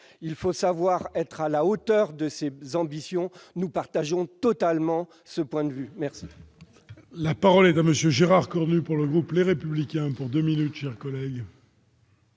Il faut savoir être à la hauteur de ses ambitions. Nous partageons totalement ce point de vue. La